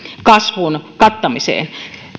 kasvun kattamiseen